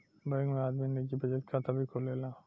bank में आदमी निजी बचत खाता भी खोलेला